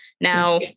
Now